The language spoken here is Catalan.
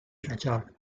rajol